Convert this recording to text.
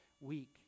week